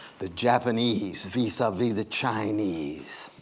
the japanese, vis-a-vis the chinese,